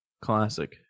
classic